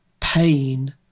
pain